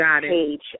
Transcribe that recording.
page